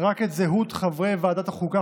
רק את זהות חברי ועדת החוקה,